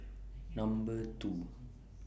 Number two